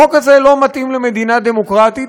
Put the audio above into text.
החוק הזה לא מתאים למדינה דמוקרטית,